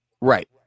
Right